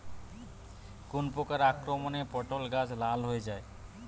কোন প্রকার আক্রমণে পটল গাছ লাল হয়ে যায়?